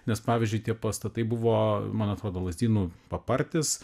nes pavyzdžiui tie pastatai buvo man atrodo lazdynų papartis